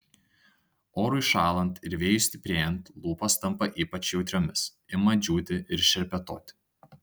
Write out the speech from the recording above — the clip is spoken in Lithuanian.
orui šąlant ir vėjui stiprėjant lūpos tampa ypač jautriomis ima džiūti ir šerpetoti